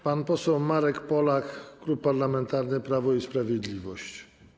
Pan poseł Marek Polak, Klub Parlamentarny Prawo i Sprawiedliwość.